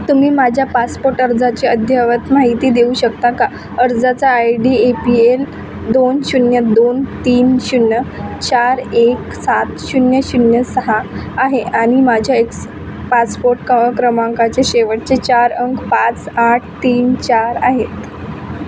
तुम्ही माझ्या पासपोर्ट अर्जाचे अध्यवत माहिती देऊ शकता का अर्जाचा I D A P L दोन शून्य दोन तीन शून्य चार एक सात शून्य शून्य सहा आहे आणि माझ्या एक्स पासपोर्ट क क्रमांकाचे शेवटचे चार अंक पाच आठ तीन चार आहेत